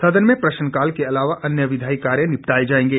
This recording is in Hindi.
सदन में प्रश्नकाल के अलावा अन्य विधायी कार्य निपटाए जाएंगे